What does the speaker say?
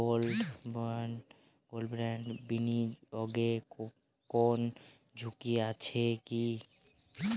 Gold বন্ডে বিনিয়োগে কোন ঝুঁকি আছে কি?